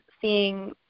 seeing